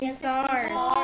stars